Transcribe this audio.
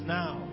now